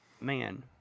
man